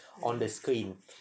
on the screen